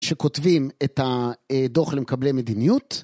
כשכותבים את הדוח למקבלי מדיניות.